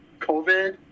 COVID